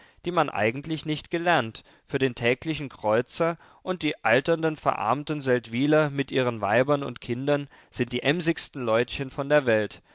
die man eigentlich nicht gelernt für den täglichen kreuzer und die alternden verarmten seldwyler mit ihren weibern und kindern sind die emsigsten leutchen von der welt